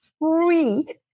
free